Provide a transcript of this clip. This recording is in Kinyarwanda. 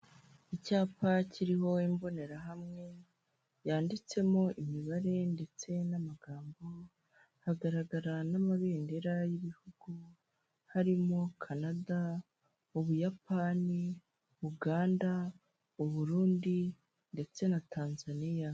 Icyapa kiriho imbonerahamwe yanditsemo imibare ndetse n'amagambo, hagaragara n'amabendera y'ibihugu harimo Kanada, Ubuyapani Uganda u Burundi ndetse na tanzania.